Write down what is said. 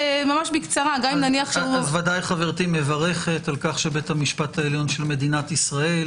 אז ודאי גברתי מברכת על כך שבית המשפט העליון של מדינת ישראל